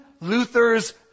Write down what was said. Luther's